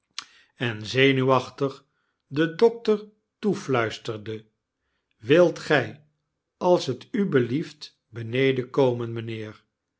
en zenuwachtig den dokter toefluisterde wilt gy als t u belieft beneden komen mynheer